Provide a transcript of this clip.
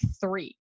three